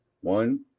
one